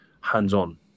hands-on